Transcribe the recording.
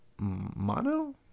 mono